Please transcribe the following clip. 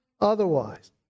otherwise